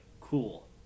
cool